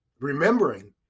remembering